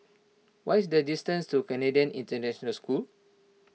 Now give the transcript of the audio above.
what is the distance to Canadian International School